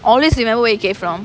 always remember where you came from